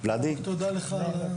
תודה לך.